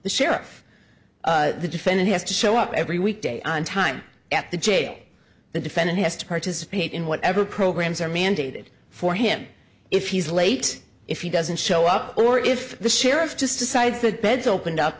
the sheriff the defendant has to show up every week day on time at the jail the defendant has to participate in whatever programs are mandated for him if he's late if he doesn't show up or if the sheriff just decides the beds opened up